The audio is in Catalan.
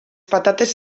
patates